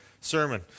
sermon